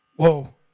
Whoa